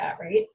right